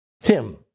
Tim